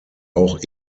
auch